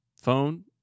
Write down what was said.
phone